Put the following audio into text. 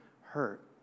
hurt